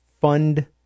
fund